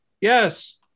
Yes